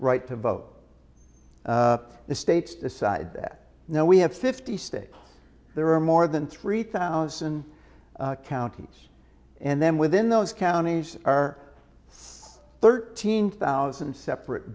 right to vote the states decide that now we have fifty states there are more than three thousand counties and then within those counties are it's thirteen thousand separate